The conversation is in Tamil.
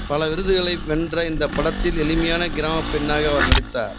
பல விருதுகளை வென்ற இந்தப் படத்தில் எளிமையான கிராமப் பெண்ணாக அவர் நடித்தார்